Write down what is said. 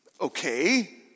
Okay